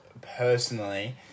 personally